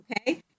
Okay